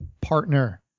partner